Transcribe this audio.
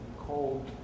cold